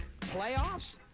Playoffs